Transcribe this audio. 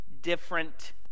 different